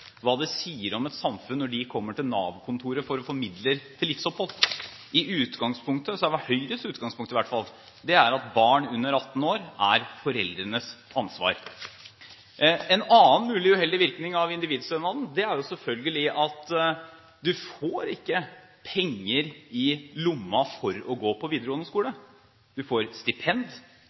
hva det sier om et samfunn når en 17 år gammel gutt eller jente kommer til Nav-kontoret for å få midler til livsopphold. Utgangspunktet – i hvert fall Høyres utgangspunkt – har vært at barn under 18 år er foreldrenes ansvar. En annen mulig uheldig virkning av individstønaden er selvfølgelig dette: Du får ikke penger i lomma for å gå på videregående skole. Du får stipend.